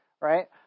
Right